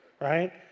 right